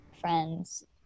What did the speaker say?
friends